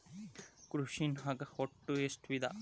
ಕೃಷಿನಾಗ್ ಒಟ್ಟ ಎಷ್ಟ ವಿಧ?